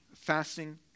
fasting